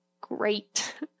great